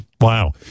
Wow